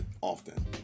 often